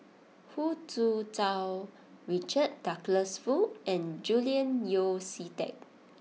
Hu Tsu Tau Richard Douglas Foo and Julian Yeo See Teck